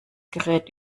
gerät